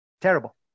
Terrible